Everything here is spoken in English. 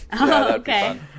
okay